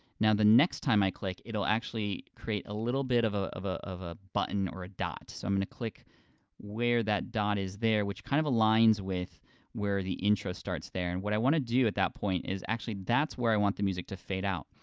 now the next time i click, it'll actually create a little bit of ah of ah a button or a dot, so i'm gonna click where that dot is there, which kind of aligns with where the intro starts there, and what i wanna do at that point, is actually that's where i want the music to fade out.